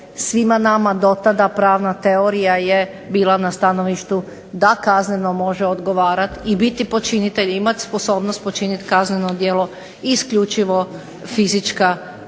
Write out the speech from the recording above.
svima nama do tada pravna teorija je bila na stanovištu da kazneno može odgovarat i biti počinitelj i imati sposobnost počinit kazneno djelo isključivo fizička osoba.